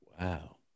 Wow